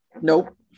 nope